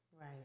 Right